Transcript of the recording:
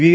V